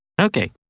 Okay